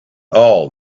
all